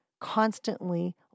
constantly